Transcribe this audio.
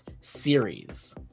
series